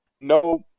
No